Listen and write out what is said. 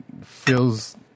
feels